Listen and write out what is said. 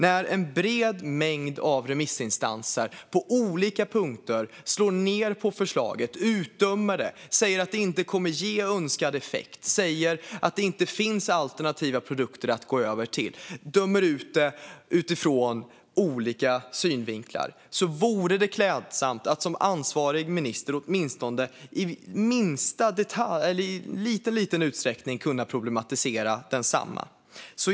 När en bred mängd av remissinstanser på olika punkter slår ned på förslaget, säger att det inte kommer att ge önskad effekt och att det inte finns alternativa produkter att gå över till och dömer ut det utifrån olika synvinklar vore det klädsamt om ansvarig minister åtminstone i liten utsträckning kunde problematisera detsamma.